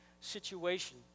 situation